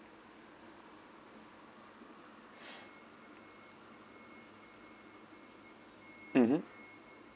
mmhmm